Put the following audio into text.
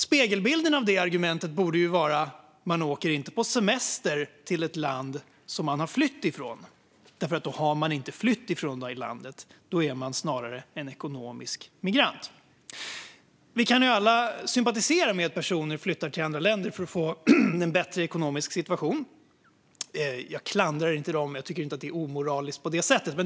Spegelbilden av det argumentet borde vara att man inte åker på semester till ett land som man har flytt ifrån. Då har man nämligen inte flytt ifrån det landet, utan då är man snarare en ekonomisk migrant. Vi kan alla sympatisera med att personer flyttar till andra länder för att få en bättre ekonomisk situation. Jag klandrar inte dem. Jag tycker inte att det är omoraliskt på det sättet.